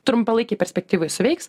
trumpalaikėj perspektyvoj suveiks